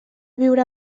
viure